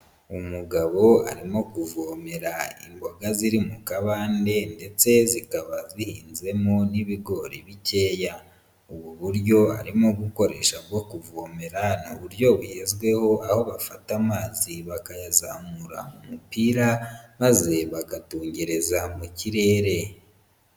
Umugabo arimo kuvomera imboga ziri mu kabande ndetse zikaba zihinzemo n'ibigori bikeya, ubu buryo arimo gukoresha bwo kuvomera ni uburyo bugezweho aho bafata amazi bakayazamura mu mupira, maze bakatungereza mu kirere.